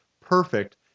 perfect